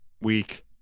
Weak